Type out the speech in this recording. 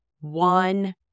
one